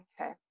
okay